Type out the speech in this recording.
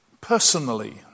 Personally